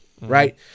Right